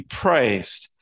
praised